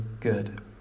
good